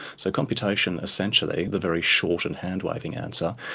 so computation essentially, the very short and hand-waving answer,